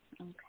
Okay